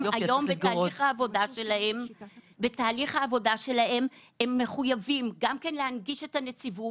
היום בתהליך העבודה שלהם הם מחויבים גם כן להנגיש את הנציבות.